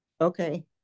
Okay